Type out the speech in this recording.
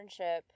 internship